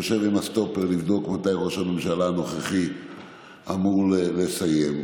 יושב עם הסטופר לבדוק מתי ראש הממשלה הנוכחי אמור לסיים,